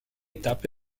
étape